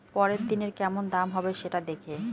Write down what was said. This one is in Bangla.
পরের দিনের কেমন দাম হবে, সেটা দেখে